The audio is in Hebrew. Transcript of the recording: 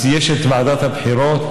אז יש את ועדת הבחירות,